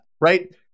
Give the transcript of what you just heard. right